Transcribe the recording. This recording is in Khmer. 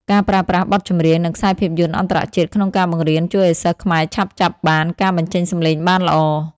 ការប្រើប្រាស់បទចម្រៀង និងខ្សែភាពយន្តអន្តរជាតិក្នុងការបង្រៀន ជួយឱ្យសិស្សខ្មែរឆាប់ចាប់បានការបញ្ចេញសំឡេងបានល្អ។